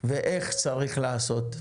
ואיך צריך לעשות,